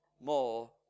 more